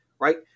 right